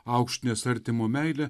aukštinęs artimo meilę